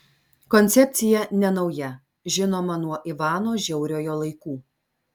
koncepcija nenauja žinoma nuo ivano žiauriojo laikų